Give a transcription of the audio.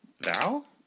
Val